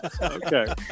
Okay